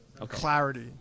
clarity